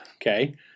Okay